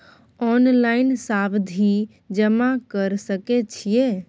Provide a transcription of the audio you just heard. Online सावधि जमा कर सके छिये?